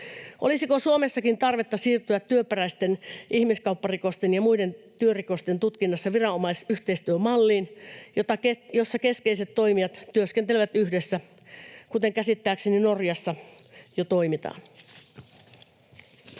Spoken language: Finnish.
Olisiko Suomessakin tarvetta siirtyä työperäisten ihmiskaupparikosten ja muiden työrikosten tutkinnassa viranomaisyhteistyömalliin, jossa keskeiset toimijat työskentelevät yhdessä, kuten käsittääkseni Norjassa jo toimitaan?